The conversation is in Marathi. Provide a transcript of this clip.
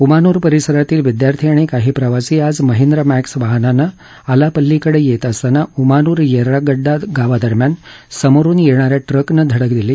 उमानूर परिसरातील विद्यार्थी आणि काही प्रवासी आज महिंद्रा मॅक्स वाहनाने आलापल्लीकडे येत असताना उमानूर येर्रागड्डा गावादरम्यान समोरुन येणाऱ्या ट्रकने धडक दिली